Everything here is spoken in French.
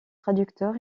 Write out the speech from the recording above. traducteur